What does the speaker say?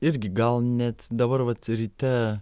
irgi gal net dabar vat ryte